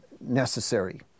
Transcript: necessary